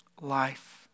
life